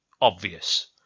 obvious